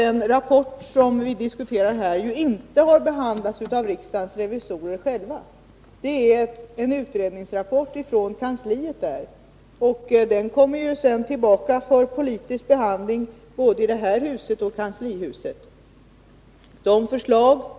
Den rapport som vi diskuterar har inte behandlats av riksdagens revisorer själva. Det är en utredningsrapport från deras kansli, och den kommer sedan tillbaka för politisk behandling både i det här huset och i kanslihuset.